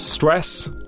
stress